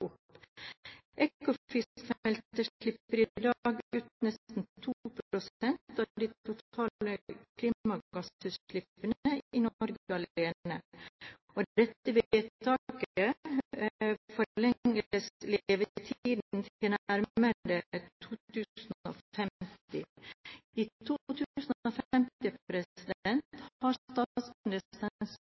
ut nesten 2 pst. av de totale klimagassutslippene i Norge alene, og med dette vedtaket forlenges levetiden til nærmere 2050. I